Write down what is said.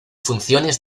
funciones